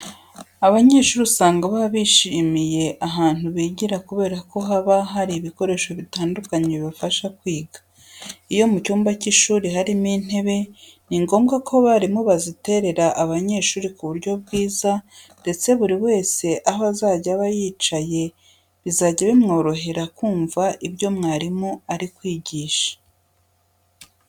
Abanyeshuri usanga baba bishimiye ahantu bigira kubera ko haba hari ibikoresho bitandukanye bibafasha kwiga. Iyo mu cyumba cy'ishuri harimo intebe, ni ngombwa ko abarimu baziterera abanyeshuri ku buryo bwiza ndetse buri wese aho azajya aba yicaye bizajya bimworohera kumva ibyo mwarimu ari kwigisha.